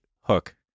hook